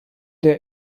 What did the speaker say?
der